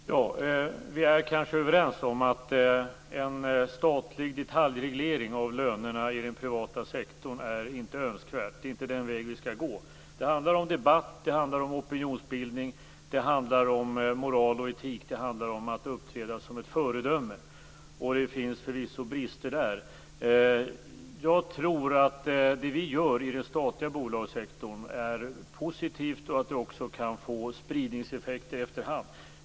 Fru talman! Vi är kanske överens om att en statlig detaljreglering av lönerna i den privata sektorn inte är önskvärd. Det är inte den vägen vi skall gå. Det handlar om debatt och opinionsbildning. Det handlar om moral och etik. Det handlar om att uppträda som ett föredöme. Det finns förvisso brister där. Jag tror att det vi gör inom den statliga bolagssektorn är positivt och att det också kan få spridningseffekter efter hand.